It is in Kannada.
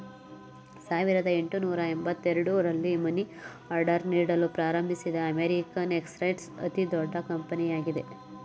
ಸಾವಿರದ ಎಂಟುನೂರು ಎಂಬತ್ತ ಎರಡು ರಲ್ಲಿ ಮನಿ ಆರ್ಡರ್ ನೀಡಲು ಪ್ರಾರಂಭಿಸಿದ ಅಮೇರಿಕನ್ ಎಕ್ಸ್ಪ್ರೆಸ್ ಅತಿದೊಡ್ಡ ಕಂಪನಿಯಾಗಿದೆ